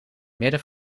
midden